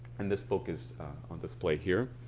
and this book is on display here.